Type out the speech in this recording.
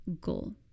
goal